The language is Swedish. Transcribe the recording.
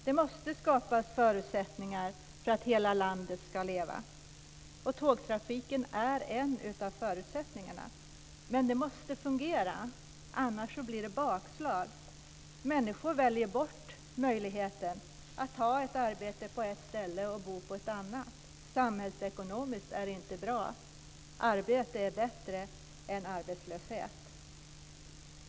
Det måste skapas förutsättningar för att hela landet ska leva. Tågtrafiken är en av förutsättningarna. Men det måste fungera, annars blir det bakslag. Människor väljer bort möjligheten att ta ett arbete på ett ställe och bo på ett annat. Samhällsekonomiskt är det inte bra. Arbete är bättre än arbetslöshet.